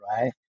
right